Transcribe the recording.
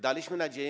Daliśmy nadzieję.